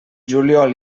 juliol